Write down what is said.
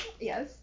Yes